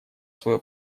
свое